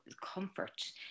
comfort